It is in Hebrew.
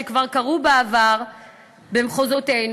שכבר קרו בעבר במחוזותינו,